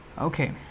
okay